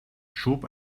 schob